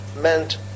meant